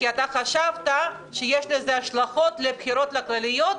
חשבת שיש לזה השלכות על הבחירות הכלליות,